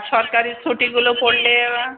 সরকারি ছুটিগুলো পড়লে ও